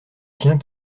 chiens